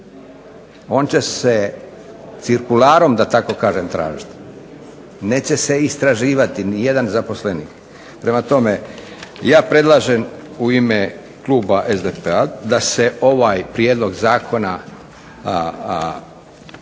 da tako kažem tražiti. Neće se istraživati nijedan zaposlenik. Prema tome, ja predlažem u ime kluba SDP-a da se ovaj prijedlog zakona